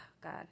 God